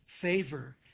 favor